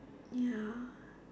ya